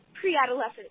pre-adolescent